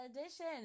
edition